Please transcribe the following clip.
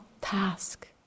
task